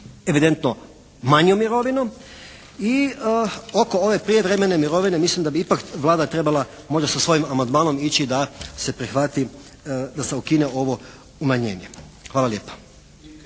evidentno manju mirovinu i oko ove prijevremene mirovine mislim da bi ipak Vlada trebala možda sa svojim amandmanom ići da se prihvati, da se ukine ovo umanjenje. Hvala lijepa.